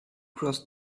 crossed